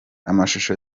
amashusho